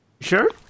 Sure